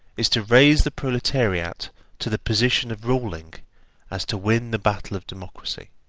is to raise the proletariat to the position of ruling as to win the battle of democracy.